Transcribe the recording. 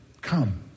come